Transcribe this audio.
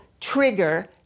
trigger